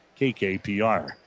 KKPR